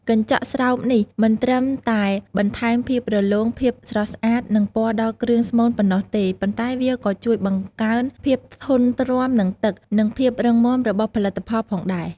កញ្ចក់ស្រោបនេះ មិនត្រឹមតែបន្ថែមភាពរលោង ភាពស្រស់ស្អាត និងពណ៌ដល់គ្រឿងស្មូនប៉ុណ្ណោះទេ ប៉ុន្តែវាក៏ជួយបង្កើនភាពធន់ទ្រាំនឹងទឹក និងភាពរឹងមាំរបស់ផលិតផលផងដែរ។